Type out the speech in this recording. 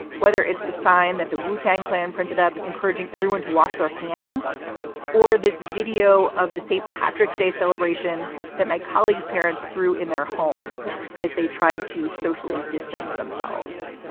whether it's the sign that the wu-tang clan printed up encouraging everyone to wash their hands or this video of the st. patrick's day celebration that my colleagues parents threw in their home as they tried to socially distance themselves.